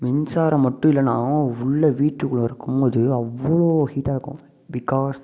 மின்சாரம் மட்டும் இல்லைன்னா உள்ள வீட்டுக்குள்ளே இருக்கும்போது அவ்வளோ ஹீட்டாக இருக்கும் பிக்காஸ்